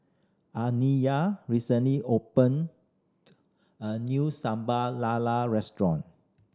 Aniyah recently opened a new Sambal Lala restaurant